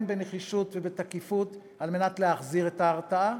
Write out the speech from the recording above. בנחישות ובתקיפות על מנת להחזיר את ההרתעה,